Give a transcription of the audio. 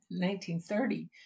1930